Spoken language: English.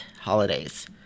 holidays